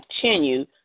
continue